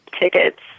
tickets